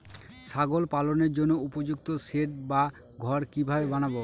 ছাগল পালনের জন্য উপযুক্ত সেড বা ঘর কিভাবে বানাবো?